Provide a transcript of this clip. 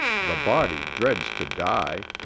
the body dreads to die,